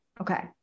Okay